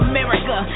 America